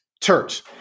church